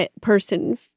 Person